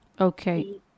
Okay